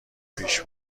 پیش